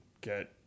get